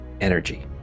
energy